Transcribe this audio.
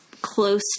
close